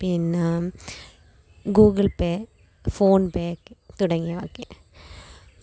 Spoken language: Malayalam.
പിന്നെ ഗൂഗിൾ പേ ഫോൺ പേ തുടങ്ങിയവയൊക്കെ